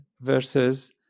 versus